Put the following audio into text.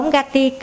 Gati